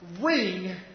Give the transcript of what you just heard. ring